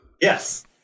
Yes